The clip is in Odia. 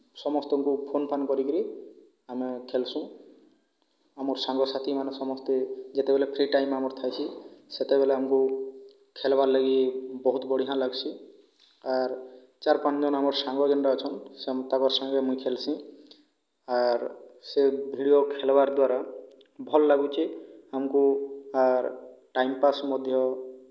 ସମସ୍ତକୁ ଫୋନ୍ ଫାନ୍ କରିକରି ଆମେ ଖେଲ୍ସୁଁ ଆଉ ମୋର ସାଙ୍ଗସାଥିମାନେ ସମସ୍ତେ ଯେତେବେଳେ ଫ୍ରି' ଟାଇମ୍ ଆମର ଥାଇସି ସେତେବେଳେ ଆମକୁ ଖେଳିବାର ଲାଗି ବହୁତ ବଢ଼ିଆ ଲାଗ୍ସି ଆର୍ ଚାରି ପାଞ୍ଚ ଜଣ ଆମର ସାଙ୍ଗ ଯେଉଁଟା ଅଛନ୍ତି ସେ ତାଙ୍କର ସାଙ୍ଗେ ମୁଁ ଖେଳ୍ସି ଆର୍ ସେ ଭିଡିଓ ଖେଳିବାର ଦ୍ୱାରା ଭଲ ଲାଗୁଛି ଆମକୁ ଆର୍ ଟାଇମ୍ ପାସ୍ ମଧ୍ୟ